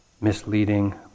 misleading